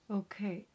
okay